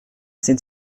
sind